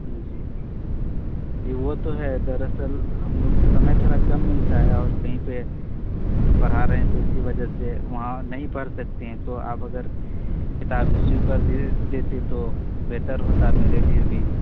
جی جی وہ تو ہے دراصل ہم لوگ سمے تھوڑا کم ملتا ہے اور کہیں پہ پرھا رہے ہیں تو اسی وجہ سے وہاں نہیں پرھ سکتے ہیں تو آپ اگر کتاب ایشو کر دیے دیتے تو بہتر ہوتا میرے لیے بھی